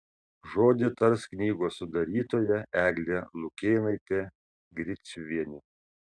žodį tars knygos sudarytoja eglė lukėnaitė griciuvienė